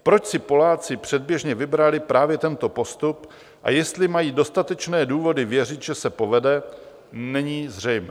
Proč si Poláci předběžně vybrali právě tento postup a jestli mají dostatečné důvody věřit, že se povede, není zřejmé.